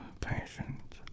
patient